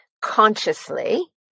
consciously